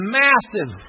massive